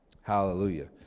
Hallelujah